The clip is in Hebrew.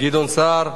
גדעון סער,